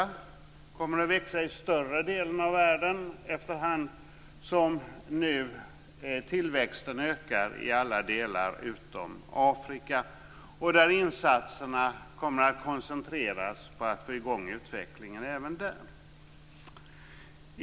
Den kommer att växa i större delen av världen efterhand som tillväxten nu ökar i alla delar utom Afrika, där insatserna kommer att koncentreras på att få igång utvecklingen även där.